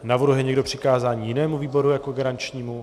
Navrhuje někdo přikázání jinému výboru jako garančnímu?